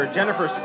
Jennifer